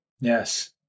Yes